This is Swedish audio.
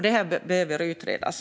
Detta behöver utredas.